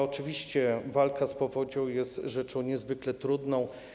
Oczywiście walka z powodzią jest rzeczą niezwykle trudną.